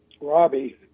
Robbie